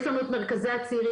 יש לנו את מרכזי הצעירים.